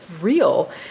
real